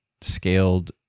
scaled